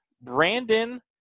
Brandon